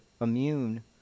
immune